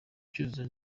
cyuzuzo